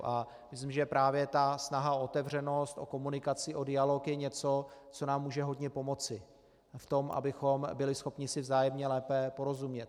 A myslím, že právě ta snaha o otevřenost, komunikaci a dialog je něco, co nám může hodně pomoci v tom, abychom byli schopni si vzájemně lépe porozumět.